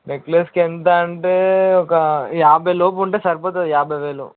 నెక్లెస్కు ఎంత అంటే ఒక యాభై లోపు ఉంటే సరిపోతుంది యాభై వేలు